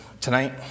tonight